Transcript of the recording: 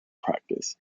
practice